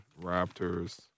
Raptors